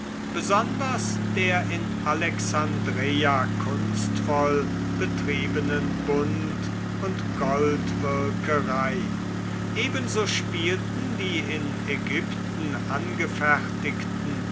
besonders der in alexandreia kunstvoll betriebenen bunt und goldwirkerei ebenso spielten die in ägypten angefertigten